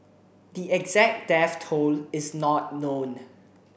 the exact death toll is not known